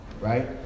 Right